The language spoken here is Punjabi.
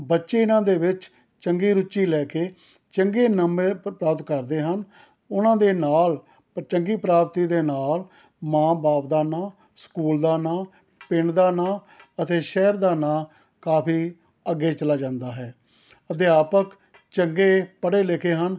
ਬੱਚੇ ਇਨ੍ਹਾਂ ਦੇ ਵਿੱਚ ਚੰਗੀ ਰੁਚੀ ਲੈ ਕੇ ਚੰਗੇ ਨੰਬਰ ਪ੍ਰਾਪਤ ਕਰਦੇ ਹਨ ਉਹਨਾਂ ਦੇ ਨਾਲ ਚੰਗੀ ਪ੍ਰਾਪਤੀ ਦੇ ਨਾਲ ਮਾਂ ਬਾਪ ਦਾ ਨਾਂ ਸਕੂਲ ਦਾ ਨਾਂ ਪਿੰਡ ਦਾ ਨਾਂ ਅਤੇ ਸ਼ਹਿਰ ਦਾ ਨਾਂ ਕਾਫ਼ੀ ਅੱਗੇ ਚਲਾ ਜਾਂਦਾ ਹੈ ਅਧਿਆਪਕ ਚੰਗੇ ਪੜ੍ਹੇ ਲਿਖੇ ਹਨ